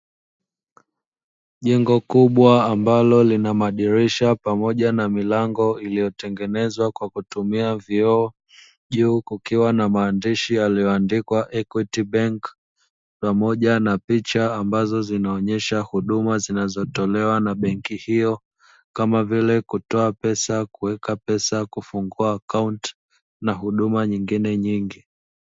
Jengo kubwa amabalo linamadirisha pamoja na milango iliyotengenezwa kwa vioo juu kukiwa na maandishi yalioandikwa "equity benki", pamoja na picha zinzaoonyesha huduma zinazotolewa na benki hiyo kama vile kutoa pesa, kuweka pesa, kufungua akaunti na huduma nyingine nyingi.